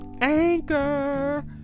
Anchor